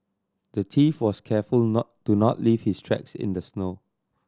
the thief was careful not to not leave his tracks in the snow